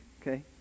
okay